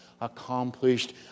accomplished